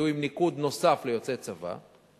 יהיו עם ניקוד נוסף ליוצאי צבא,